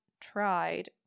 tried